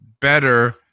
better